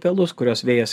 pelus kuriuos vėjas